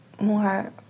more